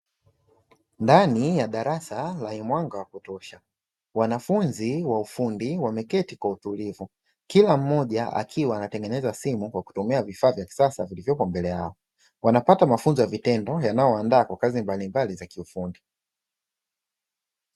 Ndani ya darasa lenye mwanga wa kutosha wanafunzi wa ufundi wameketi kwa utulivu, kila mmoja akiwa anatengeneza simu kwa kutumia vifaa vya kisasa vilivyoko mbele yao, wanapata mafunzo ya vitendo yanayowandaa kwa kazi mbalimbali za kiufundi.